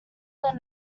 than